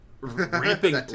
ramping